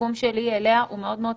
הסיכום שלי הוא פשוט: